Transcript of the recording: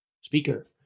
speaker